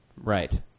Right